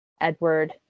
Edward